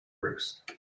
roost